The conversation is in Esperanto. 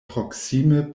proksime